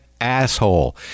asshole